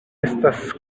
estas